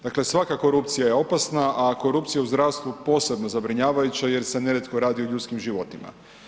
Dakle, svaka korupcija je opasna, a korupcija u zdravstvu posebno zabrinjavajuća jer se nerijetko radi o ljudskim životima.